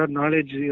knowledge